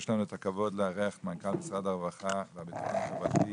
יש לנו את הכבוד לארח את מנכ"ל משרד הרווחה והביטחון החברתי,